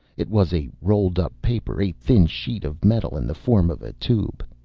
it was a rolled-up paper, a thin sheet of metal in the form of a tube.